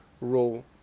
role